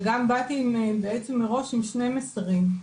וגם באתי מראש עם שני מסרים,